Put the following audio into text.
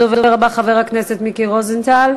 הדובר הבא, חבר הכנסת מיקי רוזנטל,